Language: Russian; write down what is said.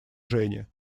жене